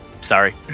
Sorry